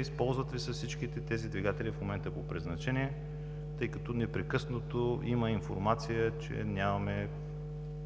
използват ли се всичките тези двигатели в момента по предназначение? Непрекъснато има информация, че нямаме